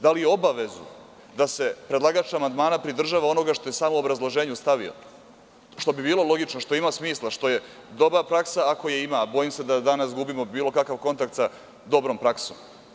Da li obavezu da se predlagač amandmana pridržava onoga što je samo u obrazloženju stavio, što bi bilo logično, što ima smisla, što je dobra praksa, ako je ima, a bojim se da danas gubimo bilo kakav kontakt sa dobrom praksom.